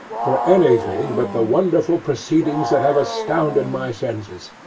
for anything but the wonderful proceedings that have astounded my senses.